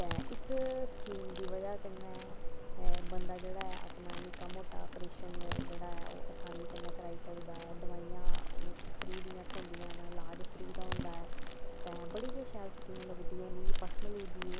ते इस्सै स्कीम दी बजह कन्नै बंदा जेह्ड़ा अपना निक्का मुट्टा प्रेशन जेह्ड़ा ऐ ओह् आसानी कन्नै कराई सकदा ऐ दवाइयां फ्री दियां होंदियां लाज़ फ्री दा होंदा ऐ ते बड़ी गै शैल स्कीम लगदी मिगी पर्सनली एह्बी